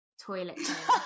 toilet